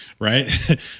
right